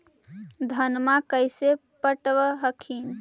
धन्मा कैसे पटब हखिन?